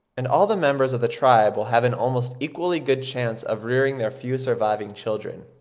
and all the members of the tribe will have an almost equally good chance of rearing their few surviving children.